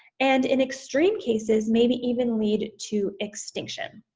and in extreme cases maybe even lead to extinction.